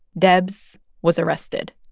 debs was arrested